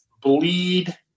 bleed